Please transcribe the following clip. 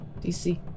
DC